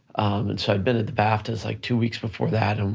and so i'd been at the baftas like two weeks before that, and